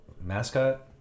mascot